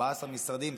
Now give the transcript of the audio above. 14 משרדים,